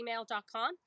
gmail.com